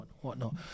whatnot